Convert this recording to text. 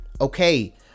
Okay